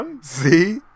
see